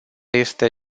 este